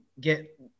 get